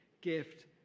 gift